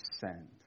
send